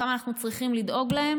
כמה אנחנו צריכים לדאוג להם.